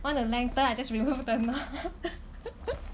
want to lengthen I just remove the knot